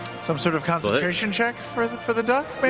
some sort of concentration check for the for the duck, but